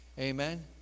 Amen